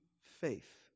faith